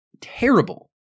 terrible